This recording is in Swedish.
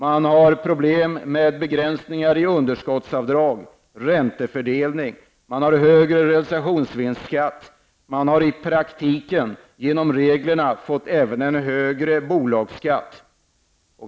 Man har problem med begränsningar i underskottsavdrag och räntefördelning. Vidare har man högre realisationsvinstsskatt, och i praktiken har man också fått en högre bolagsskatt.